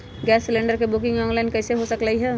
Gas cylinder के booking online कईसे हो सकलई ह?